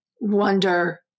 wonder